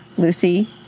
Lucy